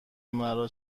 مرا